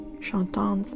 J'entends